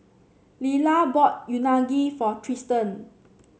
Lilah bought Unagi for Tristen